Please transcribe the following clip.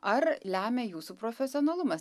ar lemia jūsų profesionalumas